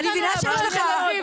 מעניין מאוד,